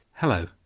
Hello